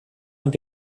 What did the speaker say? und